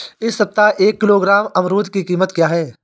इस सप्ताह एक किलोग्राम अमरूद की कीमत क्या है?